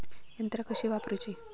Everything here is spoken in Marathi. यंत्रा कशी वापरूची?